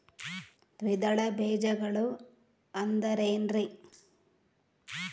ದ್ವಿದಳ ಬೇಜಗಳು ಅಂದರೇನ್ರಿ?